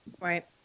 right